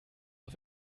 auf